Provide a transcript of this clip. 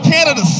Canada